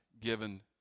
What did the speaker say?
given